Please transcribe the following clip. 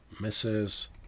...misses